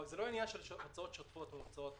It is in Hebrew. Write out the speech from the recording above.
זה לא עניין של הוצאות שוטפות או הוצאות